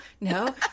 no